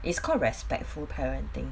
it's called respectful parenting